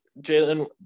Jalen